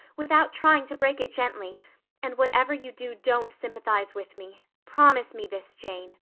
without trying to break it gently and whatever you do don't sympathize with me. promise me this, jane.